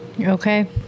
Okay